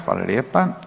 Hvala lijepa.